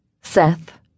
Seth